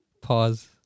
Pause